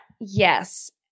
Yes